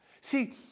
See